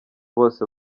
bose